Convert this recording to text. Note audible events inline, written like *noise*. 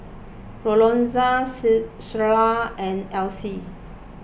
Lorenza *unintelligible* Shayla and Elise